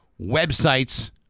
websites